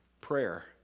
Prayer